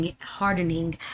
hardening